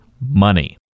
money